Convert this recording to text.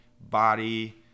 body